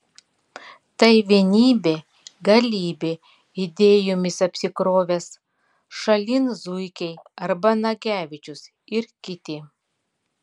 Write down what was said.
tai vienybė galybė idėjomis apsikrovęs šalin zuikiai arba nagevičius ir kiti